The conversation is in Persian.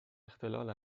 اختلال